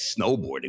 snowboarding